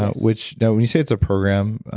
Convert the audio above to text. ah which now when you say it's a program,